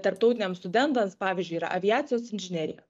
tarptautiniam studentams pavyzdžiui yra aviacijos inžinerija